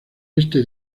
este